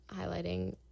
highlighting